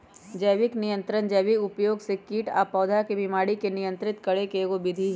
जैविक नियंत्रण जैविक उपयोग से कीट आ पौधा के बीमारी नियंत्रित करे के एगो विधि हई